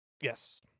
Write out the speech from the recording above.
Yes